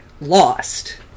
Lost